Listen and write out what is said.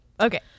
Okay